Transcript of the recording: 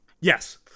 Yes